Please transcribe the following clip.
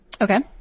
Okay